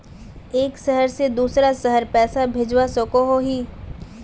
एक शहर से दूसरा शहर पैसा भेजवा सकोहो ही?